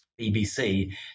BBC